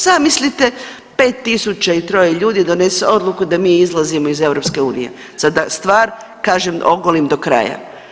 Zamislite 5.003 ljudi donese odluku da mi izlazimo iz EU, sad da stvar kažem ogulim do kraja.